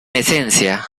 esencia